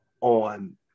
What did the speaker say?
on